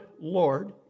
Lord